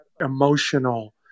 emotional